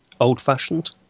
Old-fashioned